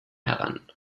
heran